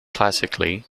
classically